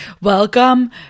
Welcome